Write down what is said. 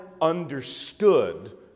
understood